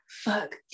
Fuck